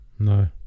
No